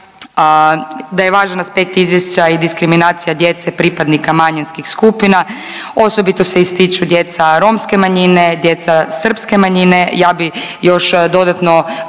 se ne razumije./… izvješća i diskriminacija djece pripadnika manjinskih skupina. Osobito se ističu djeca romske manjine, djeca srpske manjine, ja bih još dodatno